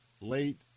late